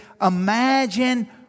imagine